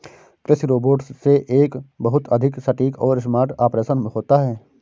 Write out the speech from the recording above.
कृषि रोबोट से एक बहुत अधिक सटीक और स्मार्ट ऑपरेशन होता है